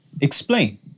explain